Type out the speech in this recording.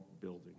building